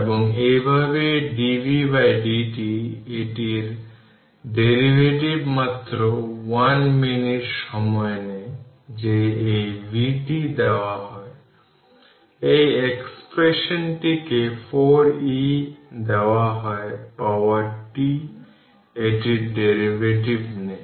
এবং একইভাবে dvdt এইটির ডেরিভেটিভ মাত্র 1 মিনিট সময় নেয় যে এই vt দেওয়া হয় এই এক্সপ্রেশনটিকে 4e দেওয়া হয় পাওয়ার t এটির ডেরিভেটিভ নেয়